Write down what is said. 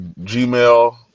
Gmail